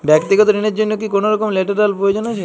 ব্যাক্তিগত ঋণ র জন্য কি কোনরকম লেটেরাল প্রয়োজন আছে?